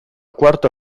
quarta